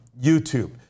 YouTube